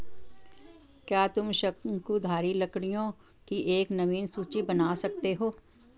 क्या तुम शंकुधारी लकड़ियों की एक नवीन सूची बना सकते हो?